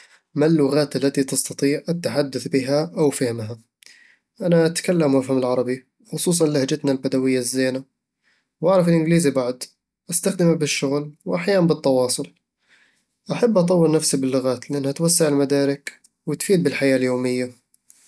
ما اللغات التي تستطيع التحدث بها أو فهمها؟ أنا أتكلم وأفهم العربي، وخصوصًا لهجتنا البدوية الزينة وأعرف الإنجليزي بعد، أستخدمه بالشغل وأحيان بالتواصل أحب أطور نفسي باللغات، لأنها توسع المدارك وتفيد بالحياة اليومية